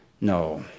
No